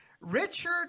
Richard